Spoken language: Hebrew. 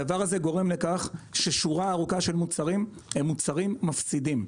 הדבר הזה גורם לכך ששורה ארוכה של מוצרים הם מוצרים מפסידים.